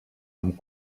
amb